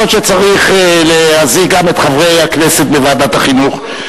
יכול להיות שצריך להזעיק גם את חברי הכנסת מוועדת החינוך,